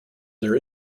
there